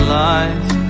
life